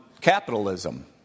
capitalism